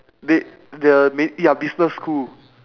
ma~ the ma~ ya business school